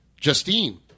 Justine